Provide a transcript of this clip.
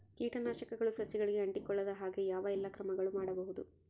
ಕೇಟನಾಶಕಗಳು ಸಸಿಗಳಿಗೆ ಅಂಟಿಕೊಳ್ಳದ ಹಾಗೆ ಯಾವ ಎಲ್ಲಾ ಕ್ರಮಗಳು ಮಾಡಬಹುದು?